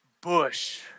bush